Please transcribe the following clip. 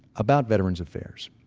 about veterans affairs,